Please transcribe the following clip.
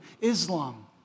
Islam